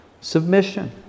Submission